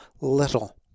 little